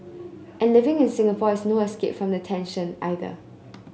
and living in Singapore is no escape from the tension either